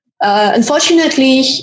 Unfortunately